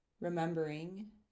Remembering